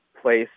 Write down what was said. Place